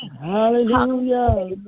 Hallelujah